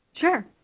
Sure